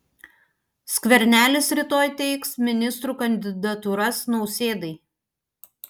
skvernelis rytoj teiks ministrų kandidatūras nausėdai